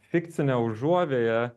fikcinę užuovėją